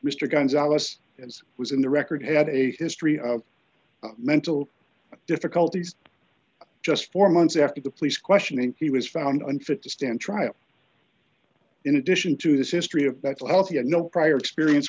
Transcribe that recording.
as was in the record had a history of mental difficulties just four months after the police questioning he was found unfit to stand trial in addition to this history of that last he had no prior experience